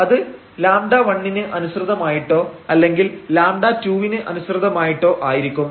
അത് λ1 ന് അനുസൃതമായിട്ടോ അല്ലെങ്കിൽ λ2 വിന് അനുസൃതമായിട്ടോ ആയിരിക്കും